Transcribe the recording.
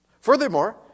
Furthermore